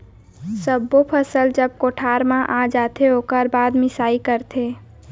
सब्बो फसल जब कोठार म आ जाथे ओकर बाद मिंसाई करथे